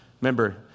Remember